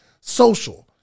social